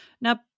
Now